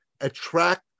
Attract